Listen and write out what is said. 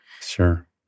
Sure